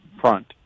front